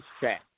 Chat